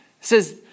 says